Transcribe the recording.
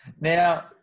Now